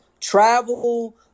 travel